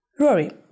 Rory